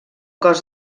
cos